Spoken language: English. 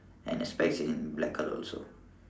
and her specs in black colour also